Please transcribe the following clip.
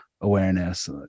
awareness